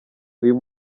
uyu